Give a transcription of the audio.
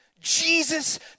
Jesus